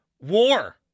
war